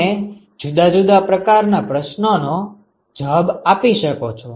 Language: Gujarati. તમે જુદા જુદા પ્રકાર ના પ્રશ્ન નો જવાબ આપી શકો છો